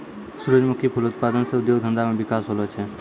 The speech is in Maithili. सुरजमुखी फूल उत्पादन से उद्योग धंधा मे बिकास होलो छै